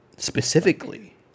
Specifically